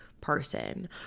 person